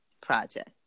project